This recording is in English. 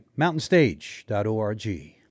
mountainstage.org